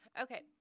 Okay